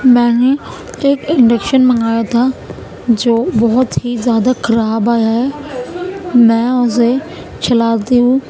میں نے ایک انڈیکشن منگایا تھا جو بہت ہی زیادہ خراب آیا ہے میں اسے چلاتی ہوں